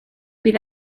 bydd